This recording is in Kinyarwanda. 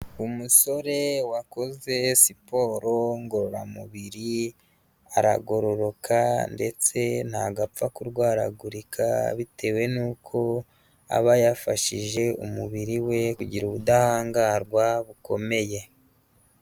Umusore wakoze siporo ngororamubiri, aragororoka ndetse ntabwo apfa kurwaragurika bitewe n'uko aba yafashije umubiri we kugira ubudahangarwa bukomeye.